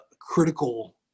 critical